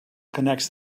connects